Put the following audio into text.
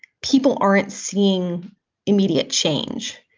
people aren't seeing immediate change.